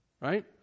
Right